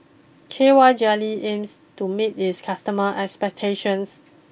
K Y Jelly aims to meet its customer expectations